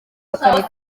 bakamenya